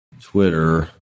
Twitter